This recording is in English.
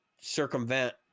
circumvent